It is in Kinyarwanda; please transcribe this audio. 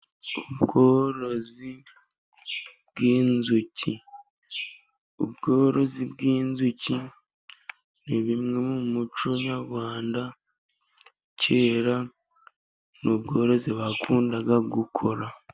Ubworozi bw'inzuki, ubworozi bw'inzuki ni bimwe mu muco nyarwanda kera n'ubworozi bakundaga gukora.